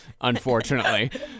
unfortunately